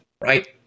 right